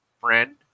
friend